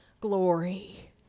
glory